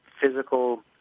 physical